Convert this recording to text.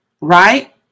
right